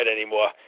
anymore